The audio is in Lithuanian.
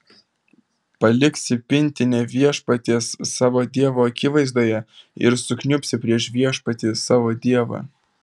paliksi pintinę viešpaties savo dievo akivaizdoje ir sukniubsi prieš viešpatį savo dievą